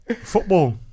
football